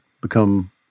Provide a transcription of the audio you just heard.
become